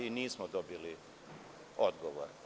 Nismo dobili odgovor.